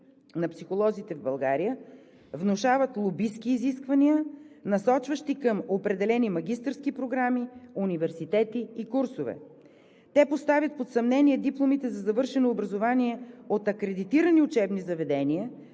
на психолозите в България, внушават лобистки изисквания, насочващи към определени магистърски програми, университети и курсове. Те поставят под съмнение дипломите за завършено образование от акредитирани учебни заведения